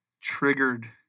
triggered